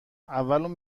اون